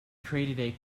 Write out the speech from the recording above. created